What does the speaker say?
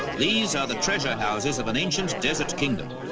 these are the treasure houses of an ancient desert kingdom,